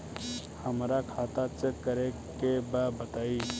हमरा खाता चेक करे के बा बताई?